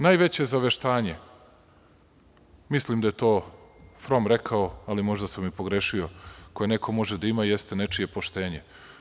Najveće zaveštanje, mislim da je to From rekao, ali možda sam i pogrešio, koje neko može da ima, jeste nečije poštenje.